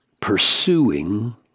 pursuing